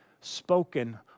spoken